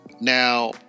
Now